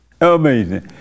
Amazing